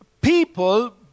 people